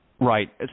Right